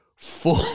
Full